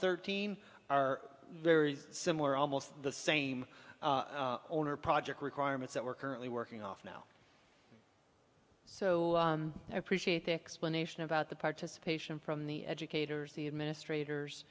thirteen are very similar almost the same owner project requirements that we're currently working off now so i appreciate the explanation about the participation from the educators the administrators